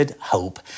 hope